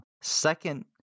Second